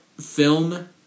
film